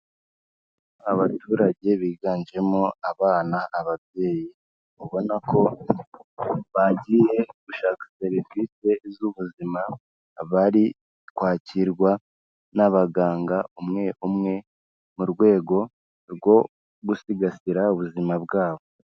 Abaturage biganjemo abana, ababyeyi, ubona ko bagiye gushaka serivisi z'ubuzima, bari kwakirwa n'abaganga umwe umwe mu rwego rwo gusigasira ubuzima bwabo.